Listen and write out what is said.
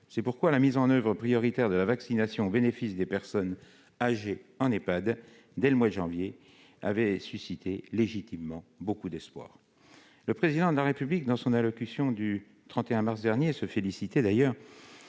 C'est pourquoi la mise en oeuvre prioritaire de la vaccination au bénéfice des personnes âgées en Ehpad dès le mois de janvier dernier avait suscité légitimement beaucoup d'espoir. Le Président de la République dans son allocution du 31 mars dernier se félicitait d'ailleurs